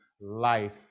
life